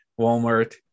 Walmart